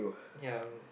ya